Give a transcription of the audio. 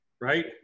Right